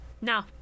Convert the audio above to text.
No